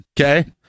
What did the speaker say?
okay